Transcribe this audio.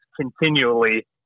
continually